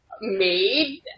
made